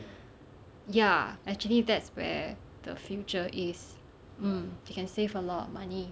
ya actually that's where the future is mm they can save a lot of money